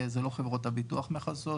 זה לא חברות הביטוח מכסות,